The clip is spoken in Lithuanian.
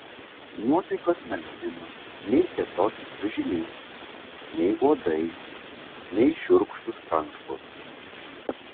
nuotaikos negadino nei kietoki čiužiniai nei uodai nei šiurkštūs rankšluosčiai